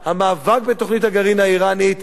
המאבק בתוכנית הגרעין האירנית,